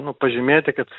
nu pažymėti kad